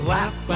Laugh